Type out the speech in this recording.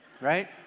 right